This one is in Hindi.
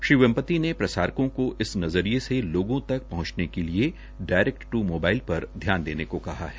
श्री वेम्पती ने प्रसारकों को नजरीये से लोगों तक पहुंचने के लिए डायरेक्ट ट्र मोबाइल पर ध्यान देने को कहा है